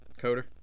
Coder